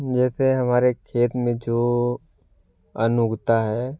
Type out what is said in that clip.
जैसे हमारे खेत में जो अन्न उगता है